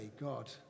God